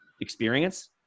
experience